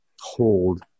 hold